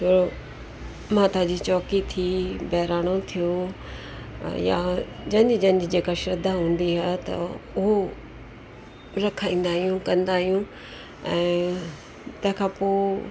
माता जी चौकी थी बहिराणो थियो या जंहिंजी जंहिंजी जेका श्रद्धा हूंदी आहे त उहो रखाईंदा आहियूं कंदा आहियूं ऐं तंहिं खां पोइ